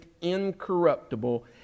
incorruptible